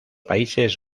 países